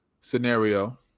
Scenario